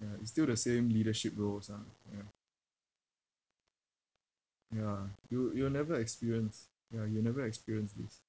ya it's still the same leadership roles ah ya ya you'll you'll never experience ya you'll never experience this